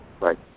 Right